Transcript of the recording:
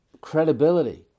credibility